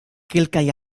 kelkaj